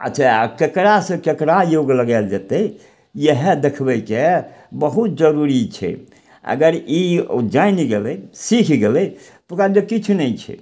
अच्छा आओर ककरासँ ककरा योग लगायल जेतय इएह देखबयके बहुत जरूरी छै अगर ई उ जानि गेलय सीख गेलय ओकरा तऽ किछु नहि छै